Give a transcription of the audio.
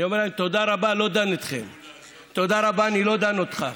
אני אומר להם: תודה רבה, לא דן איתכם,